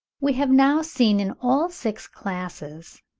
we have now seen in all six classes,